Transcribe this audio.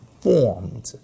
formed